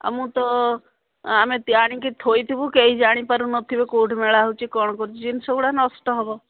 ଆଉ ମୁଁ ତ ଆମେ ଆଣିକି ଥୋଇଥିବୁ କେହି ଜାଣିପାରୁନଥିବେ କୋଉଠି ମେଳା ହେଉଛି କ'ଣ କରୁଛି ଜିନିଷ ଗୁଡ଼ା ନଷ୍ଟ ହେବ